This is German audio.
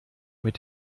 mit